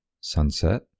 Sunset